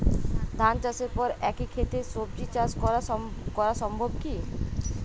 ধান চাষের পর একই ক্ষেতে সবজি চাষ করা সম্ভব কি?